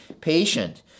patient